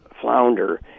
flounder